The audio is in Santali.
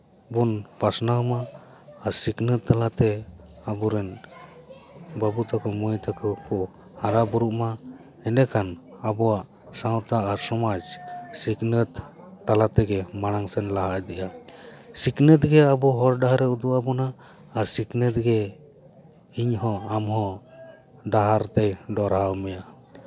ᱵᱚᱱ ᱯᱟᱥᱱᱟᱣ ᱢᱟ ᱟᱨ ᱥᱤᱠᱷᱱᱟᱹᱛ ᱛᱟᱞᱟᱛᱮ ᱟᱵᱚ ᱨᱮᱱ ᱵᱟᱹᱵᱩ ᱛᱟᱠᱚ ᱢᱟᱹᱭ ᱛᱟᱠᱚ ᱦᱟᱨᱟ ᱵᱩᱨᱩᱜ ᱢᱟ ᱮᱰᱮ ᱠᱷᱟᱱ ᱟᱵᱚᱣᱟᱜ ᱥᱟᱶᱛᱟ ᱟᱨ ᱥᱚᱢᱟᱡᱽ ᱥᱤᱠᱷᱱᱟᱹᱛ ᱛᱟᱞᱟ ᱛᱮᱜᱮ ᱢᱟᱲᱟᱝ ᱥᱮᱱ ᱞᱟᱦᱟ ᱤᱫᱤᱜᱼᱟ ᱥᱤᱠᱷᱱᱟᱹᱛ ᱜᱮ ᱟᱵᱚ ᱦᱚᱨ ᱰᱟᱦᱟᱨ ᱮ ᱩᱫᱩᱜ ᱟᱵᱚᱱᱟ ᱟᱨ ᱥᱤᱠᱷᱱᱟᱹᱛ ᱜᱮ ᱤᱧ ᱦᱚᱸ ᱟᱢ ᱦᱚᱸ ᱰᱟᱦᱟᱨ ᱛᱮᱭ ᱰᱟᱨᱦᱟᱣ ᱢᱮᱭᱟ